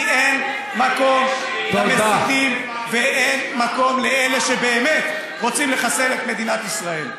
כי אין מקום למסיתים ואין מקום לאלה שבאמת רוצים לחסל את מדינת ישראל.